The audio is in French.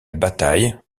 bataille